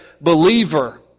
believer